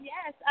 Yes